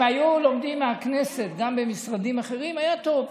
אם היו לומדים מהכנסת גם במשרדים אחרים, היה טוב.